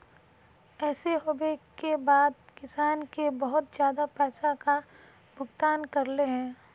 ऐसे होबे के बाद किसान के बहुत ज्यादा पैसा का भुगतान करले है?